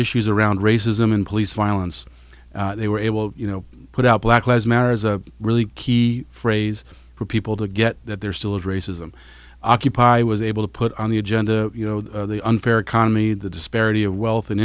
issues around racism in police violence they were able you know put out black labs marries a really key phrase for people to get that there still is racism occupy was able to put on the agenda you know the unfair economy the disparity of wealth an